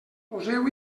poseu